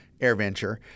AirVenture